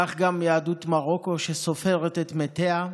כך גם יהדות מרוקו, שסופרת את מתיה.